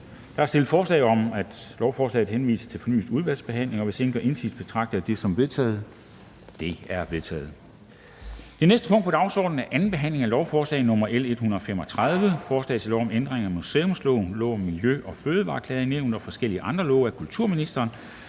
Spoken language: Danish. Der er stillet forslag om, at lovforslaget henvises til fornyet udvalgsbehandling. Hvis ingen gør indsigelse, betragter jeg det som vedtaget. Det er vedtaget. --- Det næste punkt på dagsordenen er: 13) 2. behandling af lovforslag nr. L 135: Forslag til lov om ændring af museumsloven, lov om Miljø- og Fødevareklagenævnet og forskellige andre love. (Dispensation